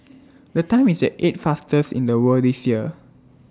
the time is the eighth faster in the world this year